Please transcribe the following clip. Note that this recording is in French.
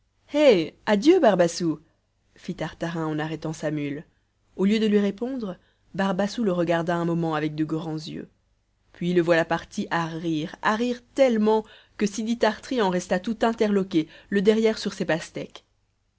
adieu barbassou fit tartarin en arrêtant sa mule au lieu de lui répondre barbassou le regarda un moment avec de grands yeux puis le voilà parti à rire à rire tellement que sidi tart'ri en resta tout interloqué le derrière sur ses pastèques